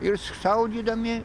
ir šaudydami